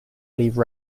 leave